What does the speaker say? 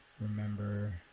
remember